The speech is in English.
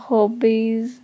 Hobbies